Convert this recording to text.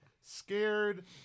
scared